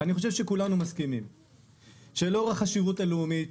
אני חושב שלאור החשיבות הלאומית